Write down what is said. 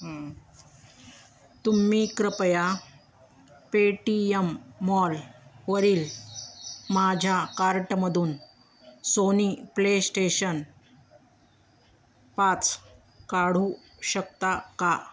तुम्ही कृपया पेटीयम मॉलवरील माझ्या कार्टमधून सोनी प्ले स्टेशन पाच काढू शकता का